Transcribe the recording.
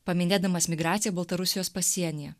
paminėdamas migraciją baltarusijos pasienyje